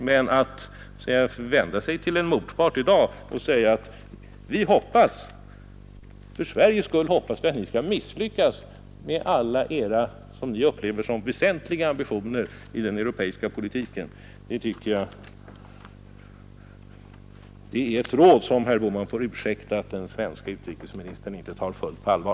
Men att i dag vända sig till motparten och säga: För Sveriges skull hoppas vi att ni skall misslyckas med alla de ambitioner som ni själva upplever som väsentliga i den europeiska politiken — det är ett råd som herr Bohman får utsäkta att den svenske utrikesministern inte tar helt på allvar.